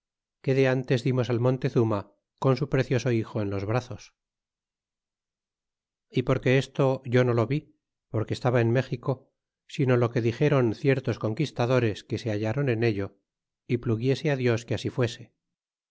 que de antes dimos al gran montezuma con su precioso hijo en los brazos y porque esto yo no lo vi porque estaba en méxico sino lo que dixéron ciertos conquistadores que se hallaron en ello y pluguiese dios que así fuese